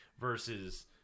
versus